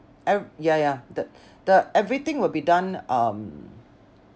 eve~ ya ya the the everything will be done um